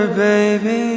baby